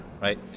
Right